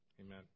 Amen